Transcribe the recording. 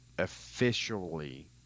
officially